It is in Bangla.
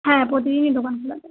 হ্যাঁ প্রতিদিনই দোকান খোলা থাকে